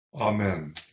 Amen